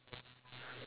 two and a half